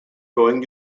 going